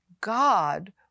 God